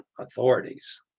authorities